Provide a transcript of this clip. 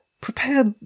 Prepared